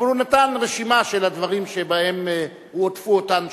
אבל הוא נתן רשימה של הדברים שבהם הועדפו אותן שכונות.